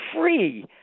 free